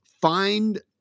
find